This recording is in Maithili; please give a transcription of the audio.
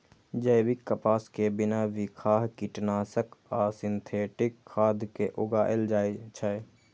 जैविक कपास कें बिना बिखाह कीटनाशक आ सिंथेटिक खाद के उगाएल जाए छै